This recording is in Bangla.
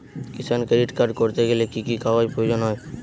কিষান ক্রেডিট কার্ড করতে গেলে কি কি কাগজ প্রয়োজন হয়?